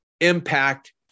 impact